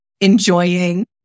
enjoying